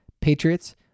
Patriots